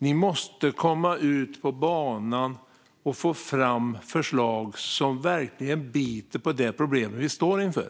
Ni måste komma ut på banan och få fram förslag som verkligen biter på det problem vi står inför.